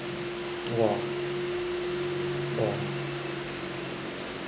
!whoa! !wah!